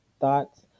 thoughts